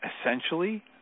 Essentially